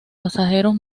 pasajeros